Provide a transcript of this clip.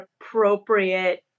appropriate